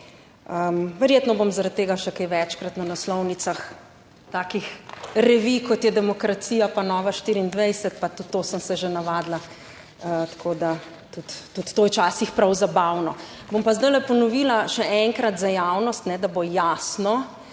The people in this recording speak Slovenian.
verjetno bom zaradi tega še kaj večkrat na naslovnicah takih revij, kot je Demokracija, pa Nova24. Pa tudi to sem se že navadila, tako da tudi to je včasih prav zabavno. Bom pa zdajle ponovila še enkrat za javnost, da bo jasno.